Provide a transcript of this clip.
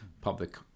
public